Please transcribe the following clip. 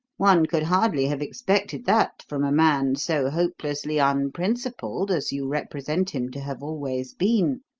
one could hardly have expected that from a man so hopelessly unprincipled as you represent him to have always been.